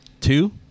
two